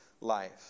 life